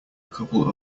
couple